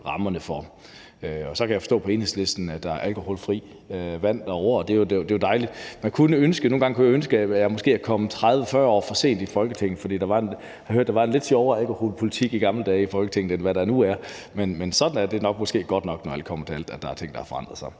rammerne for. Så kan jeg forstå på Enhedslisten, at der er alkoholfrit vand derovre, og det er jo dejligt. Nogle gange kunne jeg tænke, at jeg måske er kommet 30-40 år for sent i Folketinget, for jeg har hørt, at der var en lidt sjovere alkoholpolitik i gamle dage i Folketinget, end der nu er. Men det er måske godt nok, når alt kommer til alt, altså at der er ting, der har forandret sig.